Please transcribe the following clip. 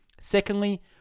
secondly